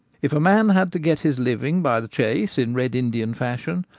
if a man had to get his living by the chase in red indian fashion,